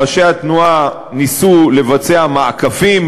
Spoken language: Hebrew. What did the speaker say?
ראשי התנועה ניסו לבצע מעקפים,